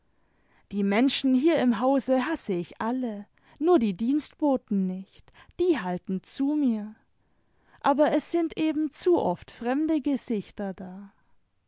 die menschen hier im hause hasse ich alle nur die dienstboten nicht die halten zu mir aber es sind eben zu oft fremde gesichter da